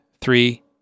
three